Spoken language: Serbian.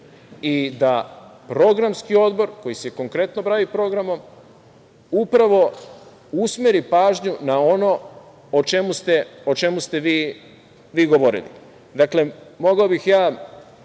i da programski odbor, koji se konkretno bavi programom, upravo usmeri pažnju na ono o čemu ste vi govorili. Kolega Imamoviću, mogao bih ja